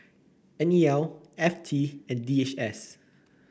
N E L F T and D H S